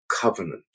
Covenant